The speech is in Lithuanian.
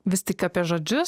vis tik apie žodžius